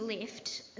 left